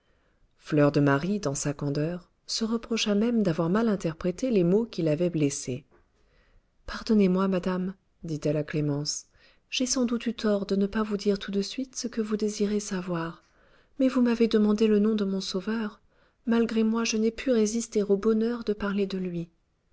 fleur de marie dans sa candeur se reprocha même d'avoir mal interprété les mots qui l'avaient blessée pardonnez-moi madame dit-elle à clémence j'ai sans doute eu tort de ne pas vous dire tout de suite ce que vous désirez savoir mais vous m'avez demandé le nom de mon sauveur malgré moi je n'ai pu résister au bonheur de parler de lui